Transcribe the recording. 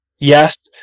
Yes